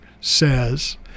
says